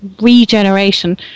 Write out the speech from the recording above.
regeneration